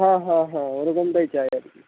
হ্যাঁ হ্যাঁ হ্যাঁ ওরকমটাই চাই আর কি